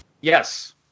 Yes